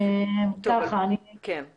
אני אומר